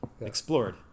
Explored